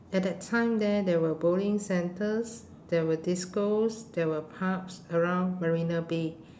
at that time there there were bowling centres there were discos there were pubs around marina bay